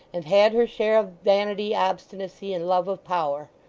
and had her share of vanity, obstinacy, and love of power.